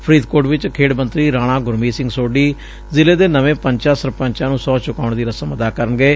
ਫਰੀਦਕੋਟ ਚ ਖੇਡ ਮੰਤਰੀ ਰਾਣਾ ਗੁਰਮੀਤ ਸਿੰਘ ਸੋਢੀ ਜ਼ਿਲ੍ਹੇ ਦੇ ਨਵੇ ਪੰਚਾਂ ਸਰਪੰਚਾਂ ਨੂੰ ਸਹੁੰ ਚੁਕਾਉਣ ਦੀ ਰਸਮ ਅਦਾ ਕਰਨਗੇ